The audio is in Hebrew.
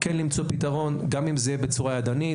כן למצוא פתרון גם אם זה יהיה בצורה ידנית,